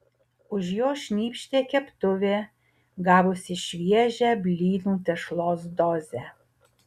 už jo šnypštė keptuvė gavusi šviežią blynų tešlos dozę